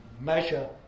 measure